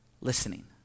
listening